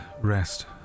rest